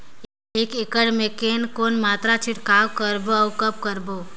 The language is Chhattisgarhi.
एक एकड़ मे के कौन मात्रा छिड़काव करबो अउ कब करबो?